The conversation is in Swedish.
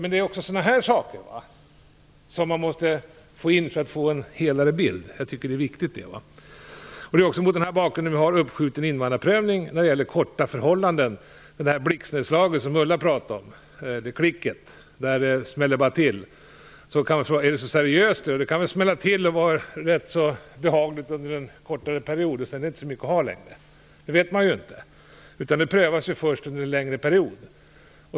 Det är också sådana här saker man måste få in för att få en bild av helheten. Jag tycker att det är viktigt. Det är också mot den bakgrunden vi har uppskjuten invandrarprövning när det gäller korta förhållanden. Det där blixtnedslaget eller klicket som Ulla Hoffmann pratade om, när det bara smäller till, kan man fråga om det är så seriöst. Det kan väl smälla till och vara rätt så behagligt under en kortare period, och sedan är det inte så mycket att ha längre. Det vet man inte. Det prövas först under en längre period.